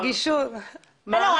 לא,